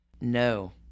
No